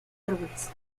árboles